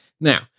Now